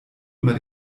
immer